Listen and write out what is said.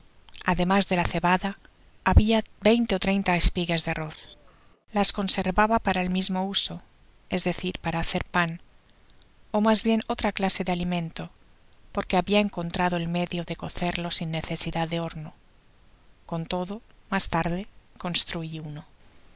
ademas de la cebada habia veinte ó treinta espigas de arroz las conservaba para el mismo uso es decir para hacer pan ó mas bien otra ciase de alimento porque habia encontrado el medio de cocerlo sin necesidad de horno con todo mas tarde construi uno